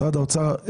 משרד האוצר,